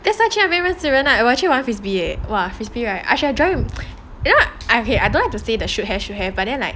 that's why 去那边认识人 like 我去玩 frisbee eh !wah! frisbee right I should have joined you know I don't like to say the should have should have but then like